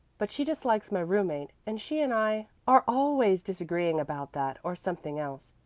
but she dislikes my roommate and she and i are always disagreeing about that or something else.